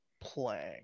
playing